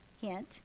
hint